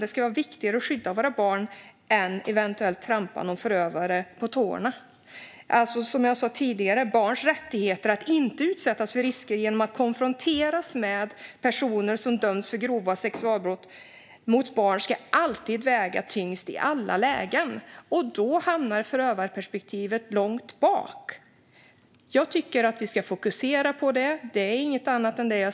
Det ska vara viktigare att skydda våra barn än att akta sig för att eventuellt trampa en förövare på tårna. Som jag sa tidigare ska barns rättigheter att inte utsättas för risker genom att konfronteras med personer som dömts för grova sexualbrott mot barn alltid väga tyngst, i alla lägen. Då hamnar förövarperspektivet långt bak. Jag tycker att vi ska fokusera på det. Jag säger inget annat än det.